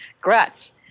Grats